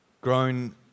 grown